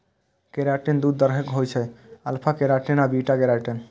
keratin दू तरहक होइ छै, अल्फा केराटिन आ बीटा केराटिन